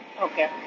Okay